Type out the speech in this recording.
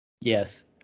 Yes